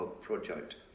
Project